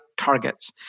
targets